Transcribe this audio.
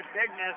Bigness